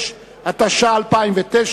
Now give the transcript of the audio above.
6), התש"ע 2009,